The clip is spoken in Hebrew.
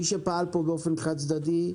מי שפעל פה באופן חד-צדדי,